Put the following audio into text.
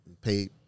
pay